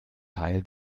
teil